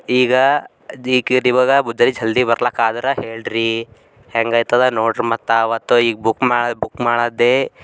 ಈಗ ನಿಮ್ಗೆ ಮುಂಜಾನೆ ಜಲ್ದಿ ಬರ್ಲಿಕ್ಕಾದ್ರೆ ಹೇಳಿರಿ ಹೆಂಗಾಯ್ತದ ನೋಡಿರಿ ಮತ್ತು ಆವತ್ತು ಈಗ ಬುಕ್ ಮಾಡಿ ಬುಕ್ ಮಾಡಿದೆ